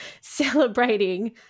celebrating